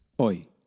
Oi